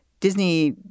Disney